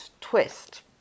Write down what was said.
twist